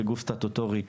כגוף סטטוטורי,